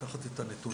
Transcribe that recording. לקחת את הנתונים.